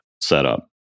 setup